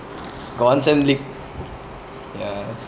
got one sem leak ya